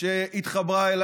שהתחברה לי